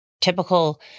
typical